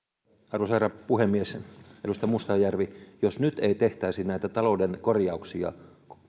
arvoisa herra puhemies edustaja mustajärvi jos nyt ei tehtäisi näitä talouden korjauksia